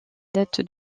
date